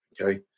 Okay